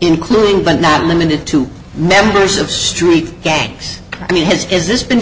including but not limited to members of street gangs and he has is this been